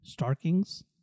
Starkings